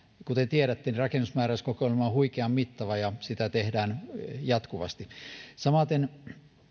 kuten tiedätte rakennusmääräyskokoelma on huikean mittava ja sitä tehdään jatkuvasti samaten